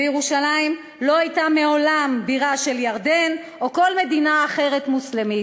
וירושלים לא הייתה מעולם בירה של ירדן או כל מדינה אחרת מוסלמית.